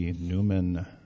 Newman